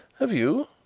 have you?